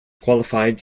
qualified